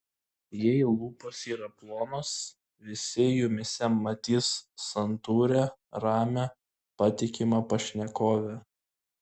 jei lūpos yra plonos visi jumyse matys santūrią ramią patikimą pašnekovę